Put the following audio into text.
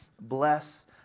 bless